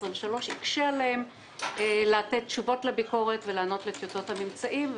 העשרים ושלוש יקשה עליהן לתת תשובות לביקורת ולענות לטיוטות הממצאים,